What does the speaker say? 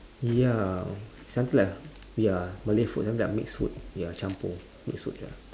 ya something like ya malay food then they're mixed food ya campur mixed food ya